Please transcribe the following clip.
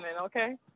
okay